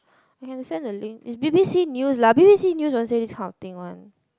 you can send the link it's B_B_C news lah B_B_C news won't say this kind of thing one